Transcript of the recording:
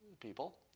people